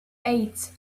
eight